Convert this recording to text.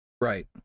Right